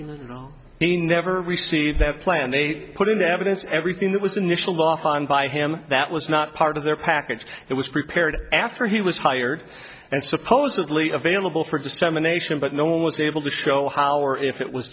t he never received that plan they put into evidence everything that was initially often by him that was not part of their package it was prepared after he was hired and supposedly available for dissemination but no one was able to show how or if it was